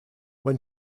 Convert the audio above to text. when